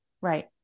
Right